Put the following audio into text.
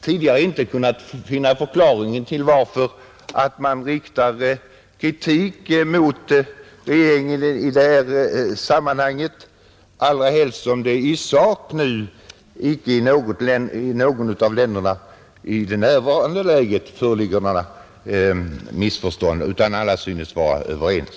Jag har inte kunnat finna förklaringen till att man riktar kritik mot regeringen i detta sammanhang, allra helst som det i sak inte i något av de nordiska länderna i nuvarande läge föreligger något missförstånd utan alla synes vara överens,